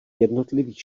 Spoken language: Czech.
jednotlivých